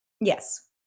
Yes